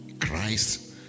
Christ